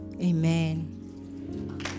Amen